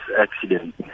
accident